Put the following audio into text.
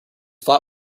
flat